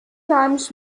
times